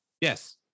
Yes